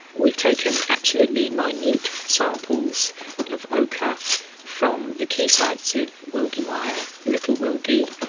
we've taken absolutely minute samples of ochre from the key sites of wilgie mia, little wilgie,